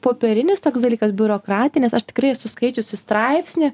popierinis toks dalykas biurokratinis aš tikrai esu skaičiusi straipsnį